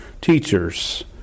teachers